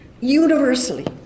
universally